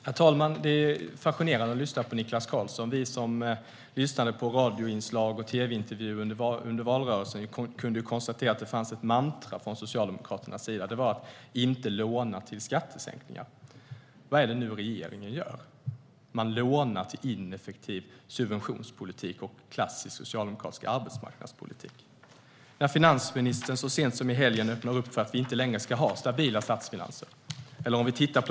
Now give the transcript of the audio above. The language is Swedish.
Herr talman! Det är fascinerande att lyssna på Niklas Karlsson. Vi som lyssnade på radioinslag och tv-intervjuer under valrörelsen kunde konstatera att Socialdemokraterna hade ett mantra: inte låna till skattesänkningar. Vad gör regeringen nu? Man lånar till ineffektiv subventionspolitik och klassisk socialdemokratisk arbetsmarknadspolitik. I helgen öppnade finansministern upp för att vi inte längre ska ha stabila statsfinanser.